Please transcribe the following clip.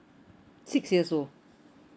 six years old